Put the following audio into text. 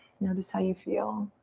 notice how you feel.